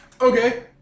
Okay